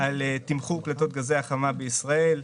על תמחור פליטות גזי החממה בישראל,